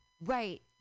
Right